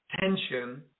tension